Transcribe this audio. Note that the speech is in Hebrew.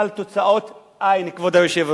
אבל תוצאות אין, כבוד היושב-ראש.